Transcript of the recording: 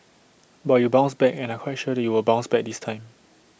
but you bounced back and I'm quite sure you will bounce back this time